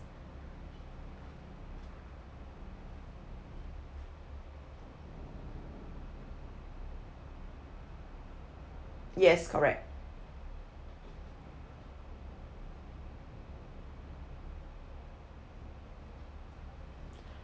yes correct